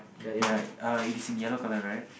ya uh it is in yellow color right